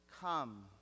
come